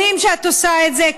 שנים שאת עושה את זה,